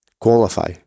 qualify